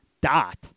dot